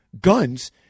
guns